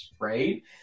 Right